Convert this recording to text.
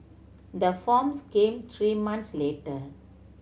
the forms came three months later